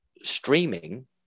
streaming